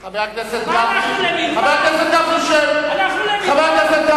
מה אנחנו נגיד לגבי ההתלהמות על הציבור